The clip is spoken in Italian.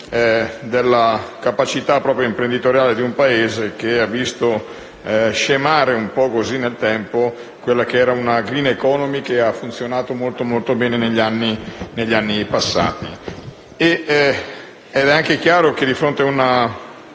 della capacità imprenditoriale di un Paese che ha visto scemare nel tempo quella che era una *green economy* che ha funzionato molto bene negli anni passati. Era anche chiaro che, di fronte al